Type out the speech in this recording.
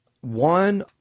one